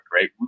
right